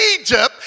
Egypt